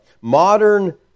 Modern